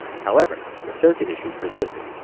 however, the circuit issues persisted.